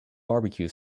barbecue